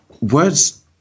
words